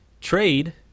trade